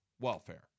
welfare